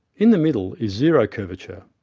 in the middle is zero curvature,